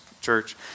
church